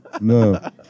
no